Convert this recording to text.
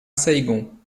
saïgon